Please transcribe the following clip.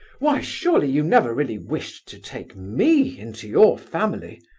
why, surely you never really wished to take me into your family?